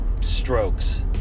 strokes